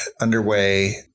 underway